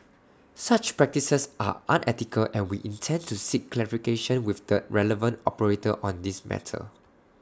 such practices are unethical and we intend to seek clarification with the relevant operator on this matter